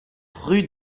rue